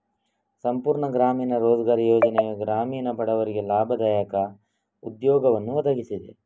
ಸಂಪೂರ್ಣ ಗ್ರಾಮೀಣ ರೋಜ್ಗಾರ್ ಯೋಜನೆ ಗ್ರಾಮೀಣ ಬಡವರಿಗೆ ಲಾಭದಾಯಕ ಉದ್ಯೋಗವನ್ನು ಒದಗಿಸಿದೆ